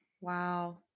Wow